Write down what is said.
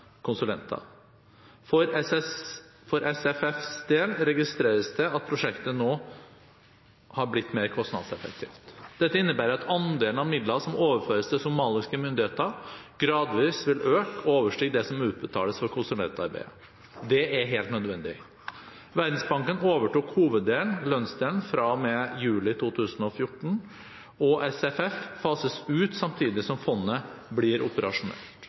konsulenter. For SFFs del registreres det at prosjektet nå har blitt mer kostnadseffektivt. Dette innebærer at andelen midler som overføres til somaliske myndigheter, gradvis vil øke og overstige det som utbetales for konsulentarbeidet. Det er helt nødvendig. Verdensbanken overtok hoveddelen, som er lønnsdelen, fra og med juli 2014. SFF fases ut samtidig som fondet blir operasjonelt.